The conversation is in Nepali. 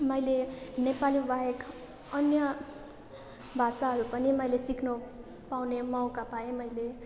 मैले नेपाली बाहेक अन्य भाषाहरू पनि मैले सिक्नु पाउने मौका पाएँ मैले